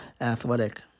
athletic